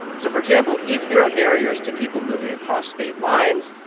so for example, if there are barriers to people moving across state lines,